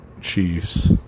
Chiefs